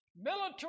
military